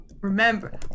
remember-